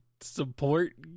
support